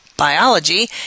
biology